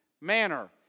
manner